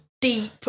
Deep